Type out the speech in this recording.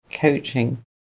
coaching